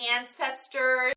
ancestors